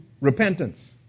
Repentance